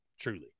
Truly